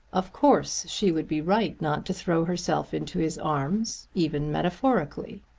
of course she would be right not to throw herself into his arms even metaphorically.